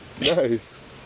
Nice